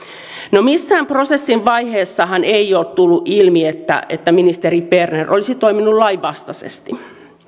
no missään prosessin vaiheessahan ei ole tullut ilmi että että ministeri berner olisi toiminut lainvastaisesti